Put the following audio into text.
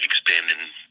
expanding